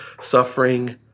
suffering